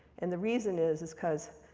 and the reason is is because,